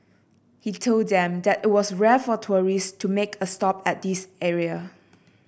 he told them that it was rare for tourist to make a stop at this area